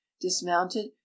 dismounted